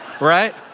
right